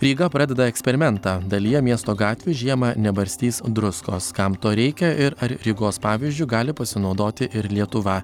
ryga pradeda eksperimentą dalyje miesto gatvių žiemą nebarstys druskos kam to reikia ir ar rygos pavyzdžiu gali pasinaudoti ir lietuva